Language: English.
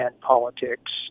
politics